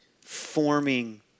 forming